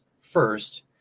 first